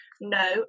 no